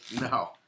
no